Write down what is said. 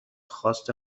خواست